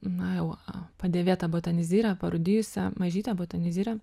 na jau padėvėtą botanizirę parūdijusią mažytę botanizirę